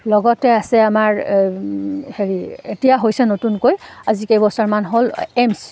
লগতে আছে আমাৰ হেৰি এতিয়া হৈছে নতুনকৈ আজি কেইবছৰমান হ'ল এইমছ্